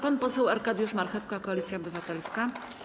Pan poseł Arkadiusz Marchewka, Koalicja Obywatelska.